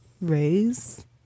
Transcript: raise